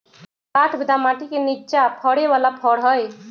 काठ बेदाम माटि के निचा फ़रे बला फ़र हइ